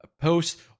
post